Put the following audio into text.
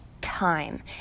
time